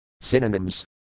Synonyms